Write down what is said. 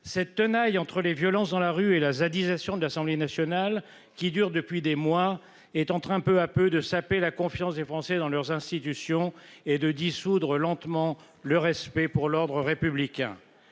Cette tenaille entre les violences dans la rue et la zadisation de l'Assemblée nationale qui dure depuis des mois est en train peu à peu de saper la confiance des Français dans leurs institutions et de dissoudre lentement le respect pour l'ordre républicain.